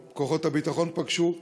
או כוחות הביטחון פגשו.